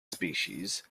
species